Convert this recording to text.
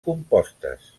compostes